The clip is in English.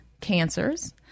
cancers